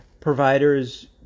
providers